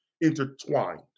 intertwined